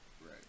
right